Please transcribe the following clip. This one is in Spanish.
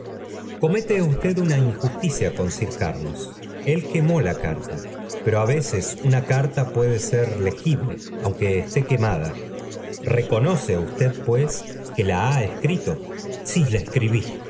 comete usted una injusticia con sir carlos ci quemó la carta pero á veces una carta puede ser legible aunque esté quemada reconoce ustea pues que la ha escrito sí la escribí